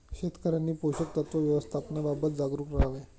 शेतकऱ्यांनी पोषक तत्व व्यवस्थापनाबाबत जागरूक राहावे